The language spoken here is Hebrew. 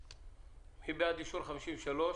התוספת, מי בעד אישור סעיף 53?